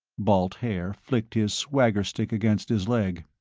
balt haer flicked his swagger stick against his leg.